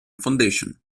foundation